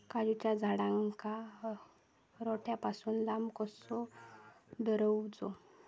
काजूच्या झाडांका रोट्या पासून लांब कसो दवरूचो?